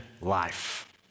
life